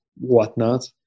whatnot